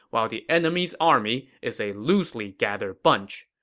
while the enemy's army is a loosely gathered bunch.